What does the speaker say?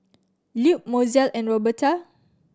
Lupe Mozell and Roberta